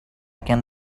can